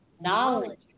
knowledge